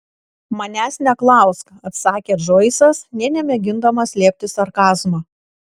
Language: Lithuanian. manęs neklausk atsakė džoisas nė nemėgindamas slėpti sarkazmo